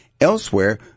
elsewhere